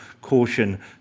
caution